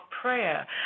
prayer